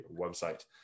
website